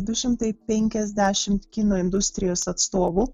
du šimtai penkiasdešimt kino industrijos atstovų